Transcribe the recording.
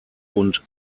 und